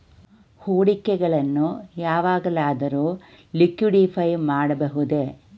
ಹೂಡಿಕೆಗಳನ್ನು ಯಾವಾಗಲಾದರೂ ಲಿಕ್ವಿಡಿಫೈ ಮಾಡಬಹುದೇ?